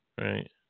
Right